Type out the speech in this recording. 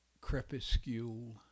Crepuscule